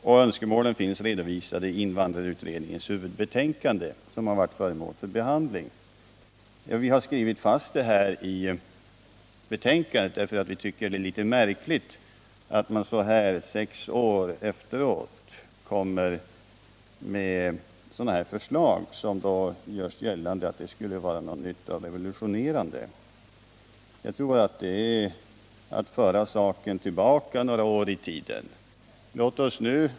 De önskemålen finns redovisade i invandrarutredningens huvudbetänkande, som har varit föremål för behandling. Vi har skrivit fast detta i betänkandet, eftersom vi tycker det är litet märkligt att mån så här sent — sex år efteråt — kommer med ett förslag, som man vill göra gällande är någonting revolutionerande nytt. Jag tror att detta egentligen är att föra saken några år tillbaka i tiden.